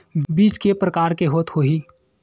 बीज के प्रकार के होत होही?